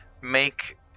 Make